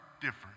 different